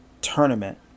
tournament